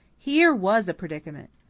here was a predicament!